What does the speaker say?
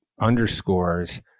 underscores